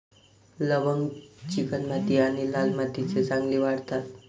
लवंग चिकणमाती आणि लाल मातीत चांगली वाढतात